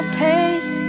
pace